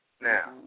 Now